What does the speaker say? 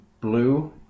blue